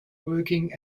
working